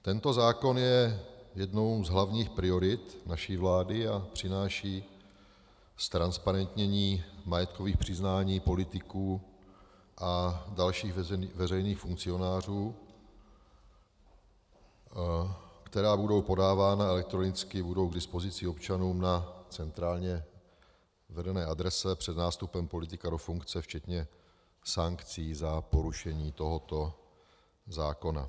Tento zákon je jednou z hlavních priorit naší vlády a přináší ztransparentnění majetkových přiznání politiků a dalších veřejných funkcionářů, která budou podávána elektronicky, budou k dispozici občanům na centrálně vedené adrese před nástupem politika do funkce včetně sankcí za porušení tohoto zákona.